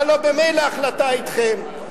הלוא ממילא ההחלטה אתכם.